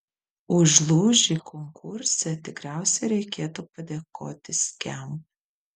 už lūžį konkurse tikriausiai reikėtų padėkoti skamp